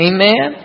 Amen